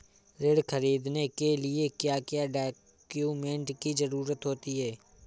ऋण ख़रीदने के लिए क्या क्या डॉक्यूमेंट की ज़रुरत होती है?